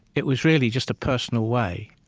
it was really just a personal way,